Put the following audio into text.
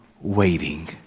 waiting